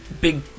big